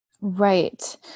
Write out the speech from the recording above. Right